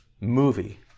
movie